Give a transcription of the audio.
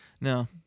No